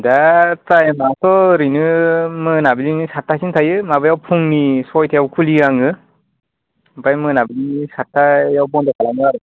दा टाइमाथ' ओरैनो मोनाब्लिनि सातथासिम थायो माबायाव फुंनि सयथायाव खुलियो आङो ओमफाय मोनाब्लिनि सातथायाव बन्द' खालामो आरो